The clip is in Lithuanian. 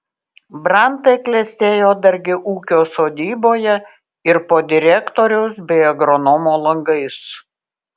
brantai klestėjo dargi ūkio sodyboje ir po direktoriaus bei agronomo langais